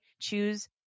choose